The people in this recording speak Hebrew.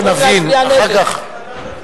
קודם שנבין, אתם, איך אתה מצביע?